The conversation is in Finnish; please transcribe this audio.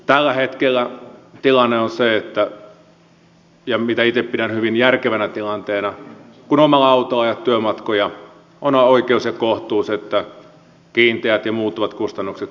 tällä hetkellä tilanne on se ja mitä itse pidän hyvin järkevänä tilanteena että kun omalla autolla ajat työmatkoja on oikeus ja kohtuus että kiinteät ja muuttuvat kustannukset korvataan